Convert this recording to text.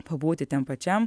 pabūti ten pačiam